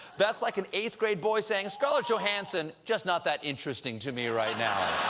that's like an eighth grade boy saying, scarlett johanssen, just not that interesting to me right now.